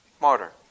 Martyr